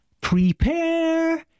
Prepare